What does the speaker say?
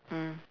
mm